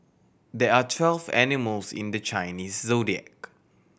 there are twelve animals in the Chinese Zodiac